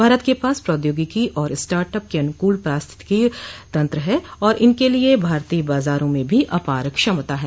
भारत के पास प्रौद्योगिकी और स्टार्ट अप के अनुकूल पारिस्थितिकीय तंत्र है और इनके लिये भारतीय बाजारों में भी अपार क्षमता है